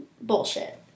bullshit